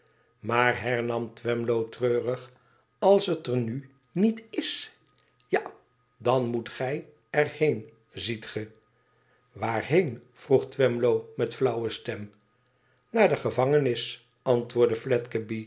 maar hernam twemlow treurig als het er nu niet is ja dan moet gij er heen ziet ge waarheen vroe twemlow met flauwe stem naar de gevangenis antwoordde